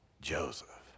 Joseph